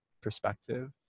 perspective